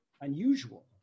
unusual